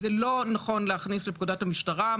זה לא נכון להכניס לפקודת המשטרה.